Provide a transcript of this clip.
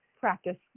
practice